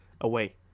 away